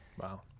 Wow